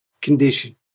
condition